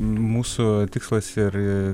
mūsų tikslas ir